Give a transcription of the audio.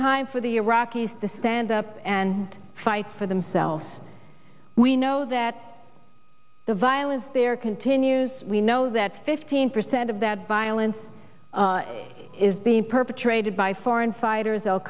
time for the iraqis to stand up and fight for themselves we know that the violence there continues we know that fifteen percent of that violence is being perpetrated by foreign fighters al